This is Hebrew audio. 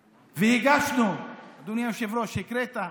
והגשנו, אדוני היושב-ראש, הקראת,